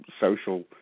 social –